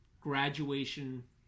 graduation